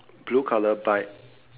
blue colour bike